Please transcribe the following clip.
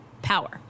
power